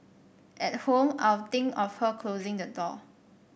at home I'd think of her closing the door